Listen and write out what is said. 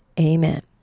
Amen